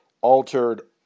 altered